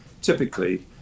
typically